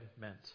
meant